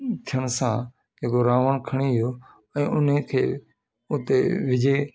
थियण सां जेको रावण खणी वियो ऐं उनखे उते विजय